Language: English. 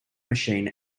machine